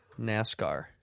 NASCAR